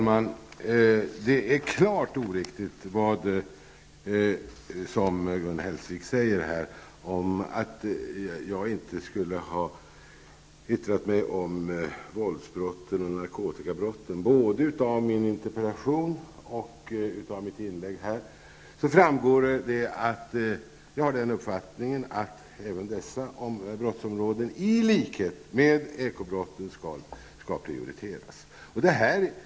Herr talman! Det som Gun Hellsvik här sade om att jag inte skulle ha yttrat mig om våldsbrotten och narkotikabrotten är klart oriktigt. Både av min interpellation och mitt inlägg framgår det att jag är av den uppfattningen att även dessa brottsområden, i likhet med ekobrotten, skall prioriteras.